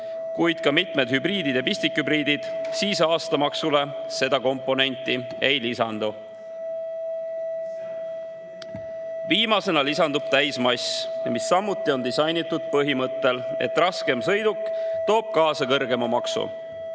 kuid ka mitmete hübriidide ja pistikhübriidide puhul –, siis aastamaksule seda komponenti ei lisandu. Viimasena lisandub täismass, mis samuti on disainitud põhimõttel, et raskem sõiduk toob kaasa kõrgema maksu.